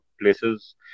places